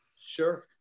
Sure